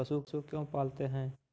पशु क्यों पालते हैं?